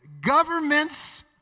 governments